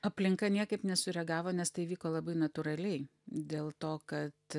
aplinka niekaip nesureagavo nes tai vyko labai natūraliai dėl to kad